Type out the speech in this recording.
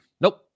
Nope